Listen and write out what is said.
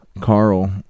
Carl